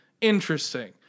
Interesting